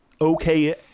okay